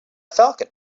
falcon